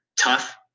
tough